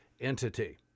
entity